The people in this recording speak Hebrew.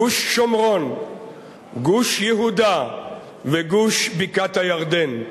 גוש שומרון, גוש יהודה וגוש בקעת-הירדן.